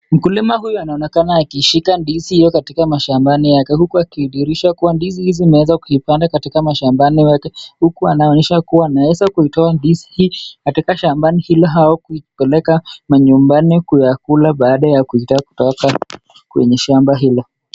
Mkulima huyu anaonekana akishika ndizi katika mashambani yake, huku akidhihirisha kuwa ndizi hizi zimeweza kuipanda katika mashambani yake, huku anaonyesha kuwa anaweza kuitoa ndizi hii, katika shambani hilo au kuipeleka nyumbani kuyakula baada ya kutoa kwenye shamba hilo.